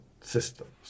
systems